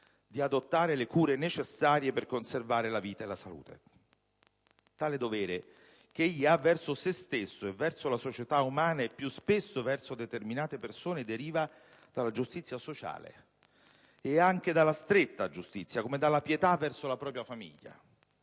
di adottare le cure necessarie per conservare la vita e la salute. Tale dovere - che egli ha verso se stesso e verso la società umana e, più spesso, verso determinate persone - deriva dalla giustizia sociale e anche dalla stretta giustizia, come dalla pietà verso la propria famiglia.